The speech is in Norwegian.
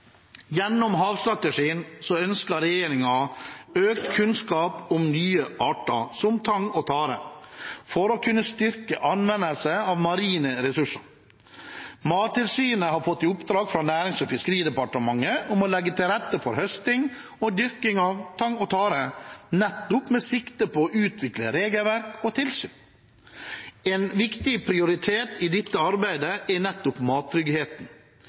Gjennom havstrategien ønsker regjeringen økt kunnskap om nye arter, som tang og tare, for å kunne styrke anvendelsen av marine ressurser. Mattilsynet har fått i oppdrag fra Nærings- og fiskeridepartementet å legge til rette for høsting og dyrking av tang og tare med sikte på å utvikle regelverk og tilsyn. En viktig prioritet i dette arbeidet er